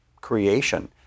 creation